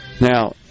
Now